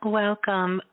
welcome